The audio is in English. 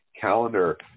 calendar